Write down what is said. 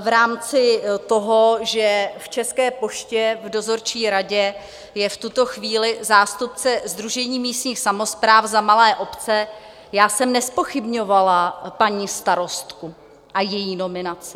v rámci toho, že v České poště v dozorčí radě je v tuto chvíli zástupce Sdružení místních samospráv za malé obce já jsem nezpochybňovala paní starostku a její nominaci.